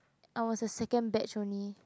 I was the second batch only